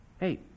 Hey